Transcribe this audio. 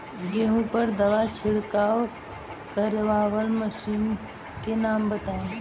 गेहूँ पर दवा छिड़काव करेवाला मशीनों के नाम बताई?